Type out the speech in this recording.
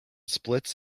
splits